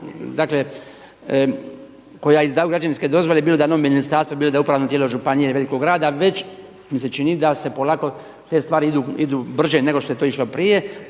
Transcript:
koja izdaju građevinske dozvole bilo da je ministarstvo, bilo da je upravno tijelo županije i velikog grada već mi se čini da se polako te stvari idu brže nego što je to išlo prije